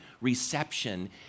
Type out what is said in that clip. reception